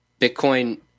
Bitcoin